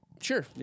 Sure